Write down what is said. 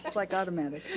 like automatic.